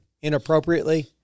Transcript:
inappropriately